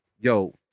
yo